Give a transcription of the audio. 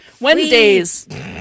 Wednesdays